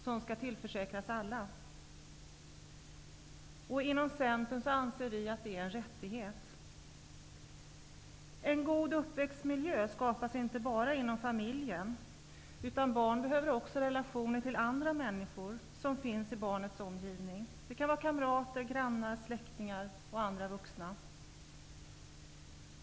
Den skall tillförsäkras alla. Vi i Centern anser att det är en rättighet. En god uppväxtmiljö skapas inte bara inom familjen. Barn behöver också relationer till andra människor som finns i barnets omgivning. Det kan vara kamrater, grannar, släktingar och andra vuxna.